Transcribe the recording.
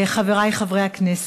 חברי חברי הכנסת,